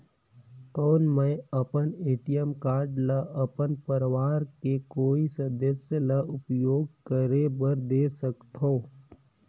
कौन मैं अपन ए.टी.एम कारड ल अपन परवार के कोई सदस्य ल उपयोग करे बर दे सकथव?